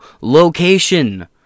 location